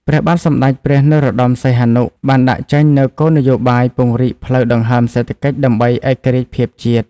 ព្រះបាទសម្តេចព្រះ នរោត្តម សីហនុ បានដាក់ចេញនូវគោលនយោបាយពង្រីកផ្លូវដង្ហើមសេដ្ឋកិច្ចដើម្បីឯករាជ្យភាពជាតិ។